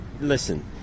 listen